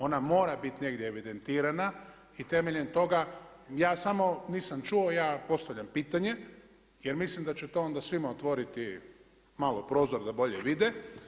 Ona mora biti negdje evidentirana i temeljem toga ja samo nisam čuo, ja postavljam pitanje jer mislim da će to onda svima otvoriti malo prozor da bolje vide.